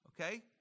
okay